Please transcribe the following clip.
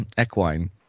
equine